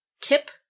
tip